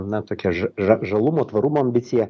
na tokią ža ža žalumo tvarumo ambiciją